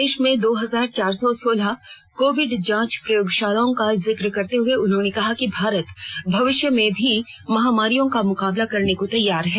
देश में दो हजार चार सौ सोलह कोविड जांच प्रयोगशालाओं का जिक्र करते हुए उन्होंने कहा कि भारत भविष्य में भी महामारियों का मुकाबला करने को तैयार है